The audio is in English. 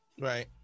right